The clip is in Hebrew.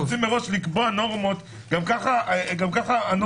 אתם רוצים מראש לקבוע נורמות - גם ככה הנורמות